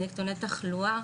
נתוני תחלואה,